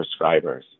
prescribers